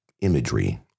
imagery